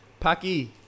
Paki